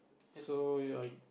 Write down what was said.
so your